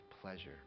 pleasure